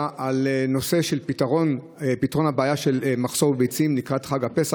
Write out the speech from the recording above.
על פתרון בעיית המחסור בביצים לקראת חג הפסח.